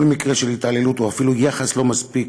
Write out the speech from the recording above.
כל מקרה של התעללות, או אפילו יחס לא מספיק,